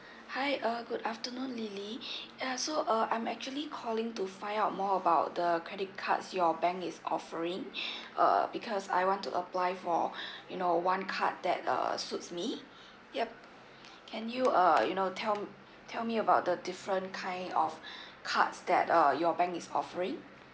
hi uh good afternoon lily ya so uh I'm actually calling to find out more about the credit cards your bank is offering uh because I want to apply for you know one card that uh suits me yup can you uh you know tell tell me about the different kind of cards that uh your bank is offering